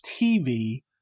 TV